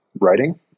writing